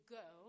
go